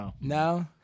No